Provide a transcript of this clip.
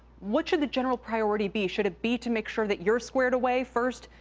what should the general priority be should it be to make sure that you're squared away first?